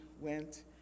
went